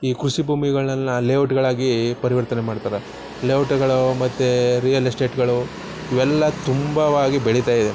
ಈ ಕೃಷಿ ಭೂಮಿಗಳನ್ನ ಲೇಔಟುಗಳಾಗಿ ಪರಿವರ್ತನೆ ಮಾಡ್ತಾರೆ ಲೇಔಟುಗಳು ಮತ್ತು ರಿಯಲ್ ಎಸ್ಟೇಟುಗಳು ಇವೆಲ್ಲ ತುಂಬವಾಗಿ ಬೆಳೀತಾ ಇದೆ